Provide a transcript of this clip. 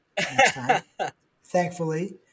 Thankfully